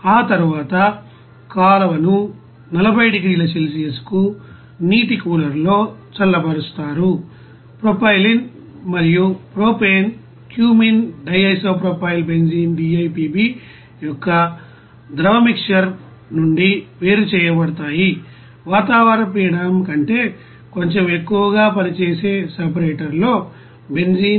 ఆ తరువాత కాలువను 40 డిగ్రీల సెల్సియస్కు నీటి కూలర్లో చల్లబరుస్తారు ప్రొపైలిన్ మరియు ప్రొపేన్ క్యూమీన్ DIPB యొక్క ద్రవ మిక్సర్ నుండి వేరు చేయబడతాయి వాతావరణ పీడనం కంటే కొంచెం ఎక్కువగా పనిచేసే సెపరేటర్లోని బెంజీన్